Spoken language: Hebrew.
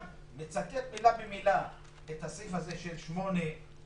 גם מצטט מילה במילה את הסעיף הזה של 8(א)(3),